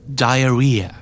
diarrhea